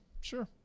sure